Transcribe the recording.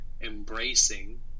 embracing